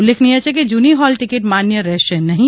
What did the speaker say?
ઉલ્લેખનીય છે કે જૂની હોલ ટીકીટ માન્ય રહેશે નહીં